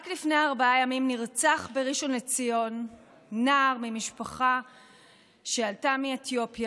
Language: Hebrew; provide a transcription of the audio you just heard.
רק לפני ארבעה ימים נרצח בראשון לציון נער ממשפחה שעלתה מאתיופיה,